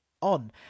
on